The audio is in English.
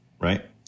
right